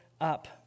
up